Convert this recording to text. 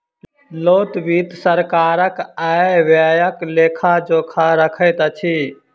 लोक वित्त सरकारक आय व्ययक लेखा जोखा रखैत अछि